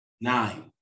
Nine